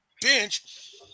bench